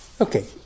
Okay